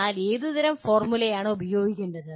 എന്നാൽ ഏത് തരം ഫോർമുലയാണ് ഉപയോഗിക്കേണ്ടത്